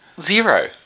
Zero